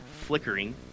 flickering